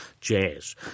jazz